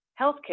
healthcare